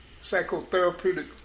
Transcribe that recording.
psychotherapeutic